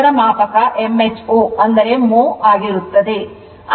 ಮಾಪಕ mho ಆಗಿರುತ್ತದೆ